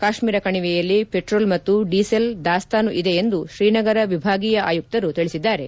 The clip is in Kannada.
ಕಾಶ್ಮೀರ ಕಣಿವೆಯಲ್ಲಿ ಪೆಟ್ರೋಲ್ ಮತ್ತು ಡೀಸೆಲ್ ದಾಸ್ತಾನು ಇದೆ ಎಂದು ಶ್ರೀನಗರ ವಿಭಾಗೀಯ ಆಯುಕ್ತರು ತಿಳಿಸಿದ್ದಾರೆ